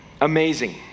amazing